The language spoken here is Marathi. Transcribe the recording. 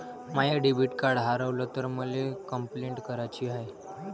माय डेबिट कार्ड हारवल तर मले कंपलेंट कराची हाय